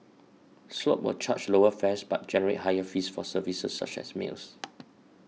swoop will charge lower fares but generate higher fees for services such as meals